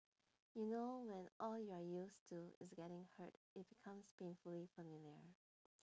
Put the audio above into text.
you know when all you're used to is getting hurt it becomes painfully familiar